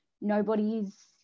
Nobody's